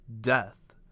death